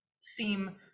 seem